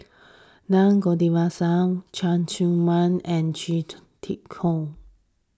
Naa Govindasamy Cheng Tsang Man and Chia Tee Chiak